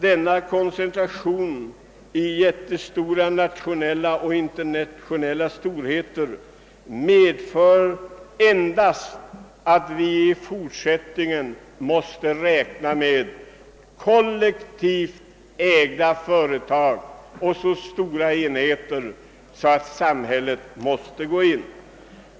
Denna koncentration i jättestora nationella och internationella enheter medför endast att vi i fortsättningen måste räkna med kollektivt ägda företag och så stora enheter, att samhället måste träda in.